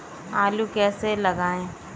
आलू कैसे लगाएँ?